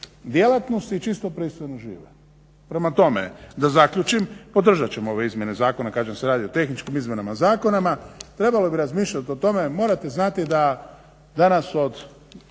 djelatnosti čisto pristojno žive. Prema tome da zaključim podržat ćemo ove izmjene zakona kažem kad se radi o tehničkim izmjenama zakona, trebalo bi razmišljati o tome, morate znati da danas od